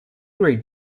grade